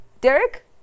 Derek